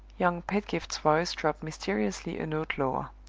young pedgift's voice dropped mysteriously a note lower.